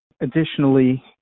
Additionally